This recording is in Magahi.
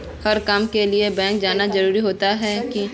हर काम के लिए बैंक आना जरूरी रहते की?